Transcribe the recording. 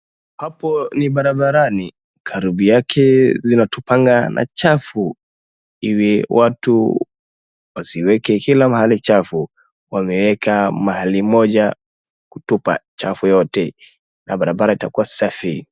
Hapo ni barabarani, karibu yake zinatupanga na uchafu iwe watu wasiweke kila mahali chafu, wameeka mahali moja kutupa chafu yote na barabara itakuwa safi.